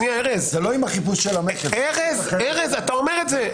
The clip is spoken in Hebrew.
ארז, זה לא מה שהוא אמר.